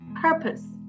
purpose